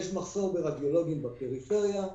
יש מחסור ברדיולוגים בפריפריה,